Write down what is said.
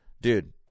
dude –